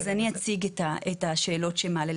אז אני אציג את השאלות שמעלה,